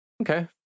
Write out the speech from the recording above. Okay